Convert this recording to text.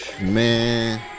man